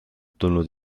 tulnud